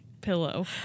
pillow